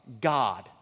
God